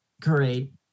great